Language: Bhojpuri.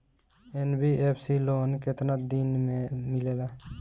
एन.बी.एफ.सी लोन केतना दिन मे मिलेला?